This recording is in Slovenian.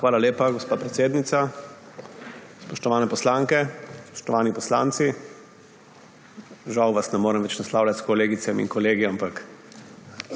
Hvala lepa, gospa predsednica. Spoštovane poslanke, spoštovani poslanci! Žal vas ne morem več naslavljati s kolegicami in kolegi, ampak